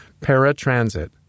Paratransit